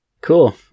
Cool